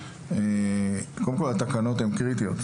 קודם כל התקנות הן קריטיות.